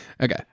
Okay